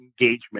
engagement